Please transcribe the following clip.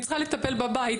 אני צריכה לטפל בבית,